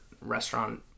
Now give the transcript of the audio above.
restaurant